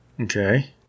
Okay